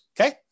okay